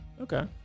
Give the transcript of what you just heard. Okay